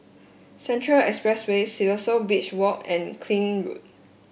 Central Expressway Siloso Beach Walk and Keene Road